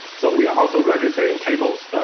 so we are also registering tables,